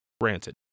Granted